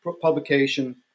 publication